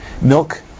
milk